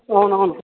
అవును అవును